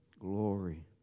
glory